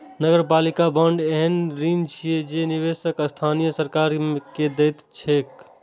नगरपालिका बांड एहन ऋण छियै जे निवेशक स्थानीय सरकार कें दैत छैक